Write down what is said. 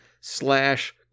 slash